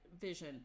vision